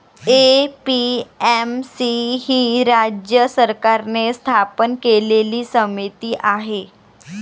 APMC ही राज्य सरकारने स्थापन केलेली समिती आहे